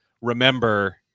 remember